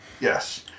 Yes